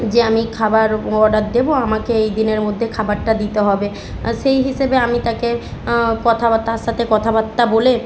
যে আমি খাবার অর্ডার দেবো আমাকে এই দিনের মধ্যে খাবারটা দিতে হবে সেই হিসেবে আমি তাকে কথা বা তার সাথে কথাবার্তা বলে